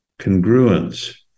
congruence